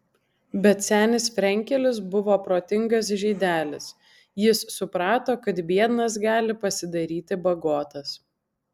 bet senis frenkelis buvo protingas žydelis jis suprato kad biednas gali pasidaryti bagotas